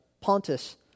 Pontus